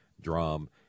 drum